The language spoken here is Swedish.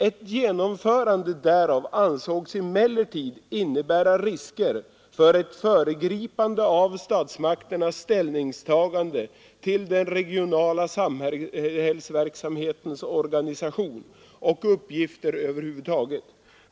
Ett genomförande därav ansågs emellertid innebära risker för ett föregripande av statsmakternas ställningstagande till den regionala samhällsverksamhetens organisation och uppgifter över huvud taget.